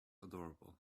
adorable